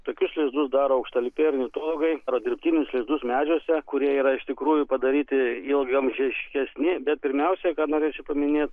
tokius lizdus daro aukštalipiai ornitologai yra dirbtinius lizdus medžiuose kurie yra iš tikrųjų padaryti ilgaamžiškesni bet pirmiausia norėčiau paminėt